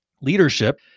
leadership